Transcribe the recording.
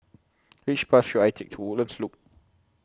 Which Bus should I Take to Woodlands Loop